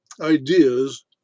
ideas